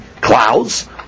clouds